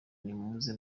nimuze